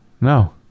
No